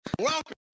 welcome